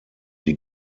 die